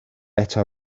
eto